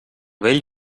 vell